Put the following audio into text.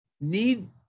need